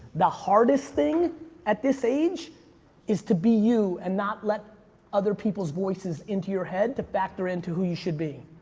the hardest thing at this age is to be you, and not let other people's voices into your head to factor into who you should be.